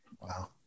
Wow